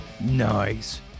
Nice